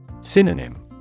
Synonym